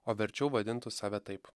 o verčiau vadintų save taip